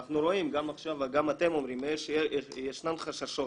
ואנחנו רואים, גם אתם אומרים, ישנן חששות.